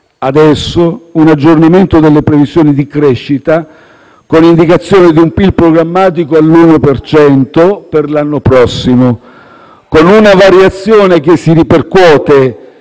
adesso un aggiornamento delle previsioni di crescita, con l'indicazione di un PIL programmatico all'uno per cento per l'anno prossimo, con una variazione che si ripercuote